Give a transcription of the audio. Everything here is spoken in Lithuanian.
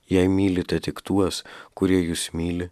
jei mylite tik tuos kurie jus myli